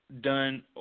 done